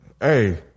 hey